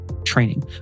training